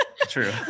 True